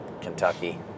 Kentucky